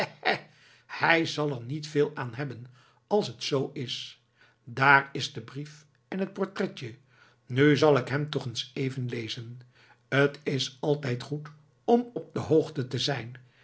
hij zal er niet veel aan hebben als het zoo is daar is de brief en het portretje nu zal ik hem toch eens even lezen t is altijd goed om op de hoogte te zijn